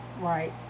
Right